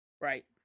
Right